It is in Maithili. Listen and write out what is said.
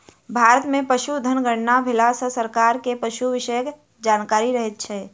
भारत मे पशुधन गणना भेला सॅ सरकार के पशु विषयक जानकारी रहैत छै